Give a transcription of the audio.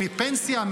מפנסיה,